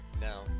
now